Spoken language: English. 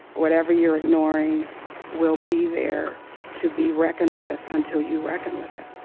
whatever you're ignoring will be there to be reckoned with until you reckon with it.